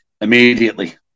immediately